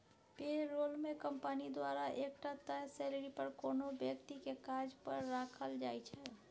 पे role मे company द्वारा एकटा तय सेलरी पर कोनो बेकती केँ काज पर राखल जाइ छै